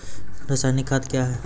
रसायनिक खाद कया हैं?